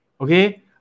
Okay